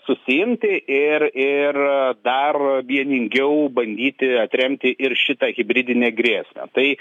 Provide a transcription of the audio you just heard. susiimti ir ir dar vieningiau bandyti atremti ir šitą hibridinę grėsmę tai